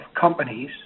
companies